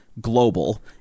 global